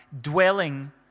dwelling